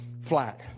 flat